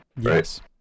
Yes